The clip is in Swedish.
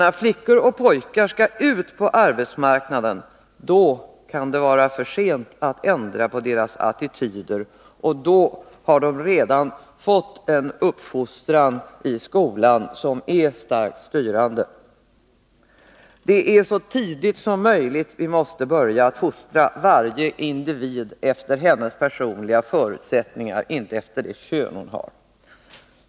När flickorna och pojkarna skall ut på arbetsmarknaden, kan det nämligen vara för sent att ändra på deras attityder, och då har de redan fått en uppfostran i skolan som är starkt styrande. Vi måste så tidigt som möjligt börja fostra varje individ efter individens personliga förutsättningar, inte efter könet.